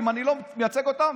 אם אני לא מייצג אותם,